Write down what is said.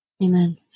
Amen